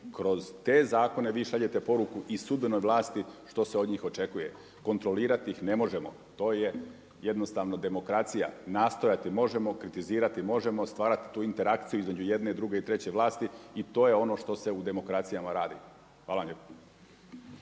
Kroz te zakone vi šaljete poruku i sudbenoj vlasti što se od njih očekuje. Kontrolirati ih ne možemo, to je jednostavno demokracija. Nastojati možemo, kritizirati možemo, stvarati tu interakciju između jedne i druge i treće vlasti i to je ono što se u demokracijama radi. Hvala vam lijepo.